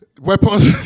Weapons